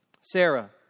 Sarah